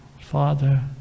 Father